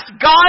God